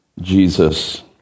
Jesus